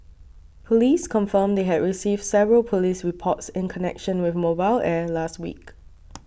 police confirmed they had received several police reports in connection with Mobile Air last week